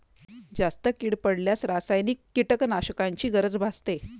जास्त कीड पडल्यास रासायनिक कीटकनाशकांची गरज भासते